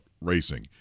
racing